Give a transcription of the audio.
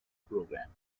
programme